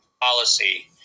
policy